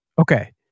Okay